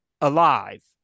alive